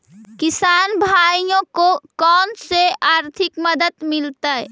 किसान भाइयोके कोन से आर्थिक मदत कैसे मीलतय?